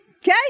Okay